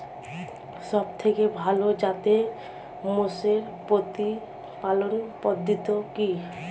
সবথেকে ভালো জাতের মোষের প্রতিপালন পদ্ধতি কি?